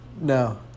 No